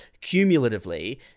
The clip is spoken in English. cumulatively